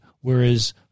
whereas